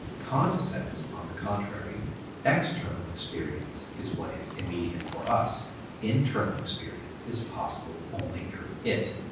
kant says on the contrary external experience is what is immediate for us internal experience is possible only through it.